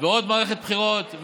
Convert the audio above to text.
ועוד מערכת בחירות,